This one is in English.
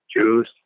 juice